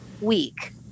week